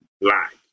black